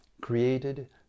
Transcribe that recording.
created